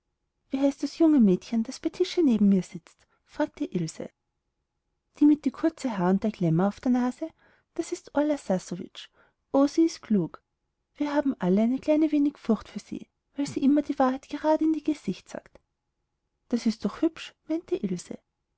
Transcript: wie heißt das junge mädchen das bei tische neben mir sitzt fragte ilse die mit die kurze haar und der klemmer auf die nase das ist orla sassuwitsch oh sie ist klug wir haben alle eine kleine wenig furcht für sie weil sie immer die wahrheit gerade in die gesicht sagt das ist doch hübsch